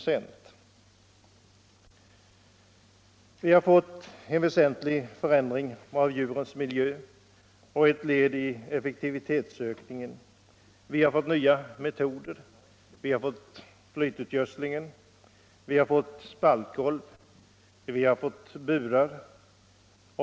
Det har skett en väsentlig förändring av djurens miljö som ett led i effektivitetsökningen. Vi har fått nya metoder, t.ex. flytgödselhantering. Vi har fått spaltgolv och burar.